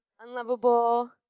Unlovable